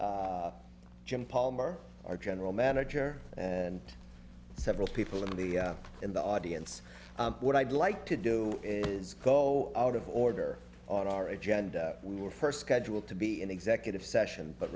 jim palmer our general manager and several people in the in the audience what i'd like to do is go out of order on our agenda we were first scheduled to be in executive session but